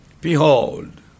Behold